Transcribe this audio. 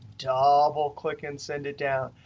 double click and send it down.